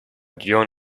john